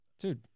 Dude